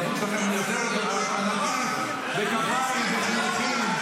לפעמים --- בכפיים ובחיוכים.